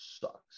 sucks